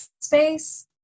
space